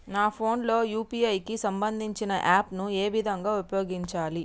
నా ఫోన్ లో యూ.పీ.ఐ కి సంబందించిన యాప్ ను ఏ విధంగా ఉపయోగించాలి?